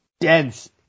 dense